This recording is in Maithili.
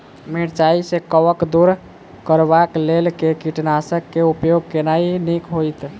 मिरचाई सँ कवक दूर करबाक लेल केँ कीटनासक केँ उपयोग केनाइ नीक होइत?